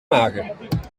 magen